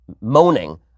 moaning